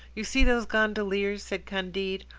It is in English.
you see those gondoliers, said candide,